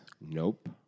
Nope